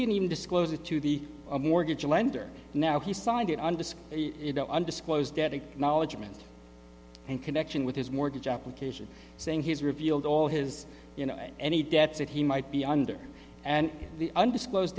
didn't even disclose it to the mortgage lender now he's signed it on disc you know undisclosed debt acknowledgement and connection with his mortgage application saying he's revealed all his you know any debts that he might be under and the undisclosed